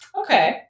Okay